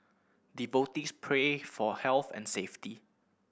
devotees pray for health and safety